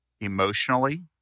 emotionally